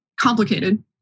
complicated